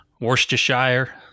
Worcestershire